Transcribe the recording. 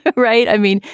but right. i mean,